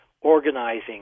organizing